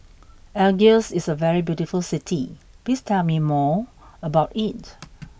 Algiers is a very beautiful city please tell me more about it